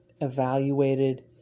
evaluated